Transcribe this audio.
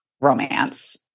romance